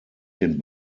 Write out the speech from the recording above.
den